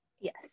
Yes